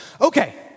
Okay